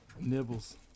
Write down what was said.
Nibbles